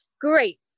Great